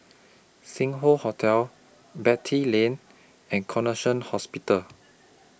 Sing Hoe Hotel Beatty Lane and Connexion Hospital